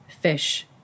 fish